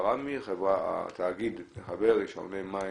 אני לא אגיד מסתירים אותם,